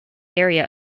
area